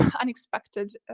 unexpected